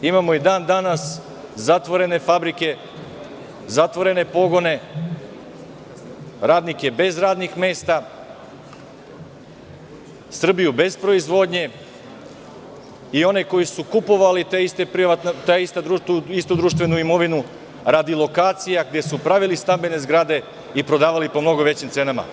Imamo i dan danas zatvorene fabrike, zatvorene pogone, radnike bez radnih mesta, Srbiju bez proizvodnje i one koji su kupovali tu istu društvenu imovinu radi lokacija gde su pravili stambene zgrade i prodavali po mnogo većim cenama.